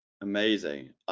Amazing